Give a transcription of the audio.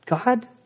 god